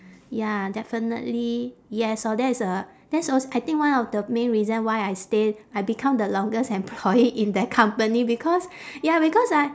ya definitely yes orh that is uh that's als~ I think one of the main reason why I stay I become the longest employee in that company because ya because I